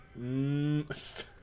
Mmm